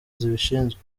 zibishinzwe